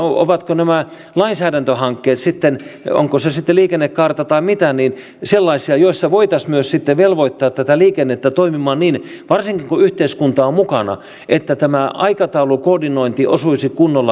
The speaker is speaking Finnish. ovatko nämä lainsäädäntöhankkeet onko se sitten liikennekaarta tai mitä sellaisia joissa voitaisiin sitten velvoittaa tätä liikennettä toimimaan niin varsinkin kun yhteiskunta on mukana että tämä aikataulukoordinointi osuisi kunnolla kohdalleen